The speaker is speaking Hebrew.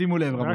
שימו לב, רבותיי.